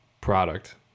product